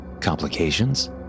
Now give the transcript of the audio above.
Complications